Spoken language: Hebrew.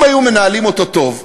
אם היו מנהלים אותו טוב,